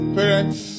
parents